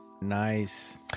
Nice